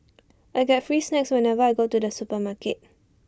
I get free snacks whenever I go to the supermarket